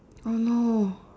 oh no